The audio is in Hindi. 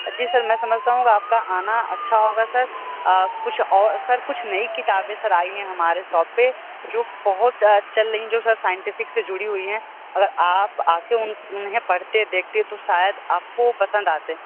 जी सर मैं समझता हूँ आपका आना अच्छा होगा सर कुछ और सर कुछ नई किताबें आईं है सर हमारे सोप पर जो बहुत चल रही है जो साइंटिफिक से जुड़ी हुई है अगर आप आकर उन्हे पढ़ते देखते तो शायद आपको पसंद आते